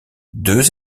deux